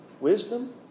wisdom